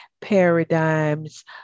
paradigms